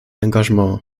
engagement